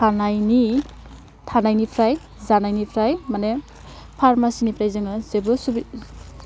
थानायनि थानायनिफ्राय जानायनिफ्राय माने फार्मासिनिफ्राय जोङो जेबो